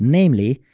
namely,